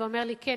ואומר לי: כן,